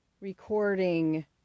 recording